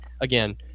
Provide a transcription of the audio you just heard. again